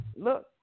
Look